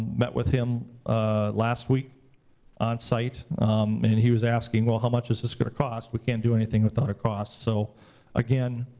met with him ah last week on site. and he was asking well how much is this gonna cost? we can't do anything without a cost. so again,